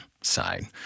side